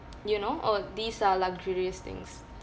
you know orh these are luxurious things